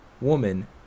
woman